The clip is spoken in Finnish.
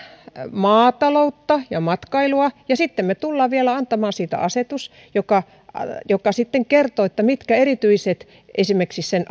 maataloutta ja matkailua ja sitten me tulemme vielä antamaan siitä asetuksen joka joka sitten kertoo mitkä erityiset esimerkiksi sen